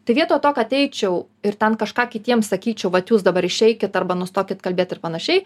tai vietoj to kad eičiau ir ten kažką kitiems sakyčiau vat jūs dabar išeikit arba nustokit kalbėt ir panašiai